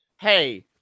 Hey